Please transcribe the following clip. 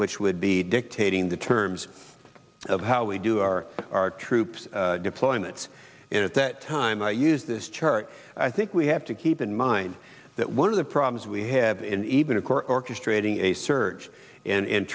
which would be dictating the terms of how we do our our troops deployments and at that time i use this chart i think we have to keep in mind that one of the problems we have in even a quarter orchestrating a search and